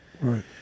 Right